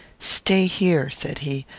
stay here, said he,